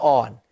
on